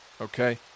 Okay